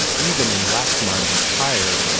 even in lax-minded tyre.